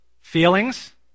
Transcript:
Feelings